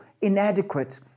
inadequate